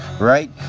Right